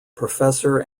professor